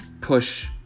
push